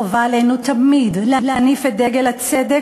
שחובה עלינו תמיד להניף את דגל הצדק,